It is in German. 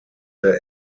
der